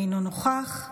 אינו נוכח,